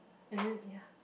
and then ya